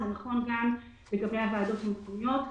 וזה נכון גם לגבי הוועדות המקומיות.